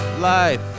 life